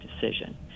decision